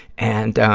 and,